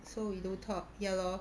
so we don't talk ya lor